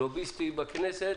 לוביסטי בכנסת.